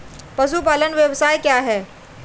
पशुपालन व्यवसाय क्या है?